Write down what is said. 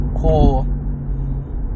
cool